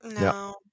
No